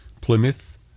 Plymouth